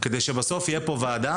כדי שבסוף תהיה פה ועדה.